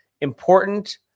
important